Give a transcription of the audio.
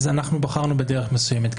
זאת אומרת שבחרנו בדרך מסוימת.